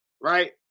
right